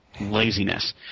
laziness